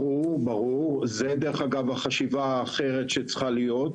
ברור, זה דרך אגב החשיבה האחרת שצריכה להיות,